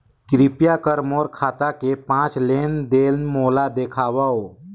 कृपया कर मोर खाता के पांच लेन देन मोला दिखावव